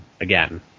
again